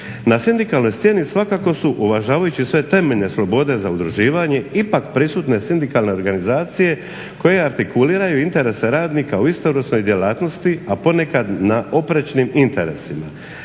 Na sindikalnoj sceni svakako su, uvažavajući sve temeljene slobode za udruživanje, ipak prisutne sindikalne organizacije koje artikuliraju interese radnika u istovrsnoj djelatnosti, a ponekad na oprečnim interesima.